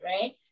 Right